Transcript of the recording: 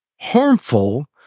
harmful